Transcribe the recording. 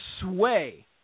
sway